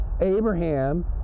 Abraham